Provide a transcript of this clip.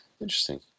Interesting